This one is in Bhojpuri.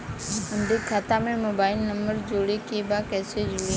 हमारे खाता मे मोबाइल नम्बर जोड़े के बा कैसे जुड़ी?